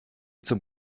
zum